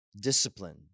discipline